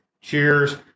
Cheers